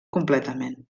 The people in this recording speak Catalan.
completament